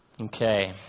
Okay